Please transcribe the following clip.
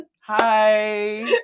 hi